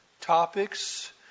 topics